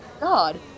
god